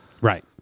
Right